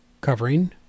covering